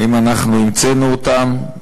האם אנחנו המצאנו אותם,